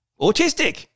autistic